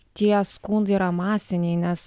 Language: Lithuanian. tie skundai yra masiniai nes